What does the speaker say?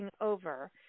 over